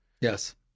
Yes